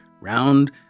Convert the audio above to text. round